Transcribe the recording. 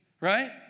right